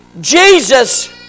Jesus